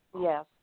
yes